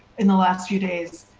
in the last few days.